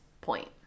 point